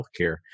healthcare